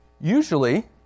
Usually